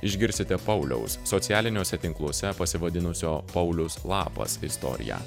išgirsite pauliaus socialiniuose tinkluose pasivadinusio paulius lapas istoriją